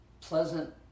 pleasant